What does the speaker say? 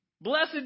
Blessed